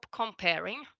comparing